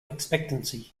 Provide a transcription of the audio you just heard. expectancy